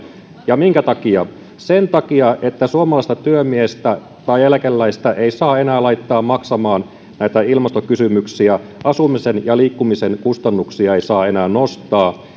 ja minkä takia sen takia että suomalaista työmiestä tai eläkeläistä ei saa enää laittaa maksamaan näitä ilmastokysymyksiä asumisen ja liikkumisen kustannuksia ei saa enää nostaa